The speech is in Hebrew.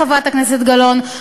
חברת הכנסת גלאון,